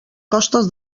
costes